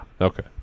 Okay